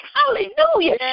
Hallelujah